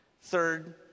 Third